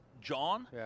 John